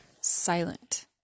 silent